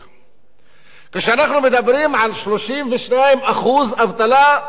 כשאנחנו מדברים על 32% אבטלה בעיר רהט,